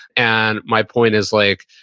and my point is like,